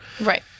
Right